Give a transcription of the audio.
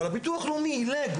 אבל הביטוח הלאומי הוא עילג,